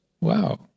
Wow